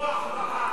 רוח רעה.